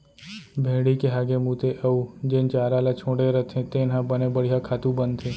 भेड़ी के हागे मूते अउ जेन चारा ल छोड़े रथें तेन ह बने बड़िहा खातू बनथे